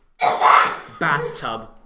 bathtub